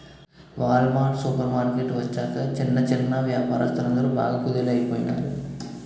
wall mart supermarket వచ్చాక చిన్న చిన్నా వ్యాపారస్తులందరు బాగా కుదేలయిపోనారు